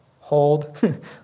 hold